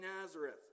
nazareth